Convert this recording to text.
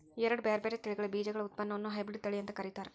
ಎರಡ್ ಬ್ಯಾರ್ಬ್ಯಾರೇ ತಳಿಗಳ ಬೇಜಗಳ ಉತ್ಪನ್ನವನ್ನ ಹೈಬ್ರಿಡ್ ತಳಿ ಅಂತ ಕರೇತಾರ